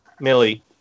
Millie